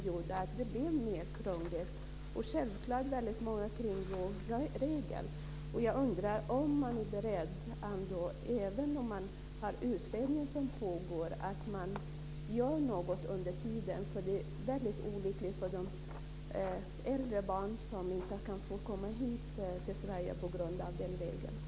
Det blev mer krångligt och självklart väldigt många kringregler. Jag undrar om man är beredd, även om man har en utredning som pågår, att göra något under tiden. Detta är väldigt olyckligt för de äldre barn som inte kan få komma hit till Sverige på grund av den här regeln.